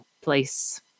place